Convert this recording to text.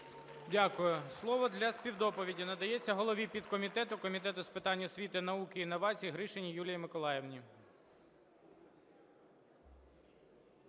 Дякую. Слово для співдоповіді надається голові підкомітету Комітету з питань освіти, науки, інновацій Гришиній Юлії Миколаївні.